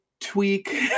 tweak